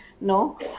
No